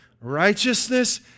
Righteousness